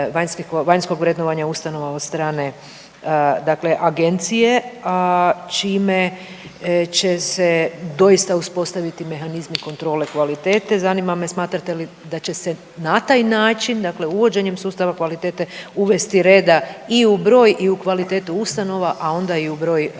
vanjskog vrednovanja ustanova od strane agencije čime će se doista uspostaviti mehanizmi kontrole kvalitete. Zanima me smatrate li da će se na taj način dakle uvođenjem sustava kvalitete uvesti reda i u broj i u kvalitetu ustanova, a onda i u broj i